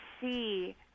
see